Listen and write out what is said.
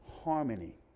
harmony